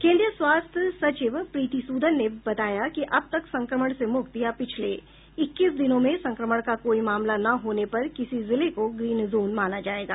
केन्द्रीय स्वास्थ्य सचिव प्रीति सूदन ने बताया कि अब तक संक्रमण से मुक्त या पिछले इक्कीस दिनों में संक्रमण का कोई मामला न होने पर ही किसी जिले को ग्रीन जोन माना जाएगा